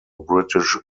british